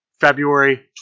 February